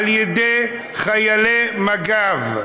על ידי חיילי מג"ב,